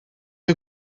chi